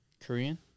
Korean